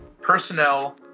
personnel